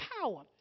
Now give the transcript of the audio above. power